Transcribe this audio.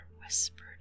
whispered